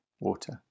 water